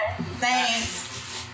Thanks